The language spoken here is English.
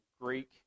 Greek